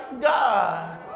God